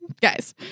Guys